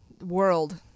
World